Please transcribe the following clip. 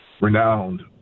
renowned